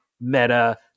meta